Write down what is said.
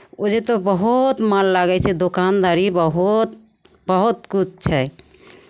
ओजे तऽ बहुत मन लागै छै दोकानदारी बहुत बहुत किछु छै